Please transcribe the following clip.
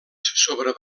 sobre